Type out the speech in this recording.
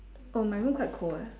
oh my room quite cold eh